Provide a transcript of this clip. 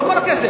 לא כל הכסף,